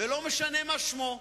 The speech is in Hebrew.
ולא משנה מה שמו,